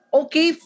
okay